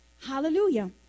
Hallelujah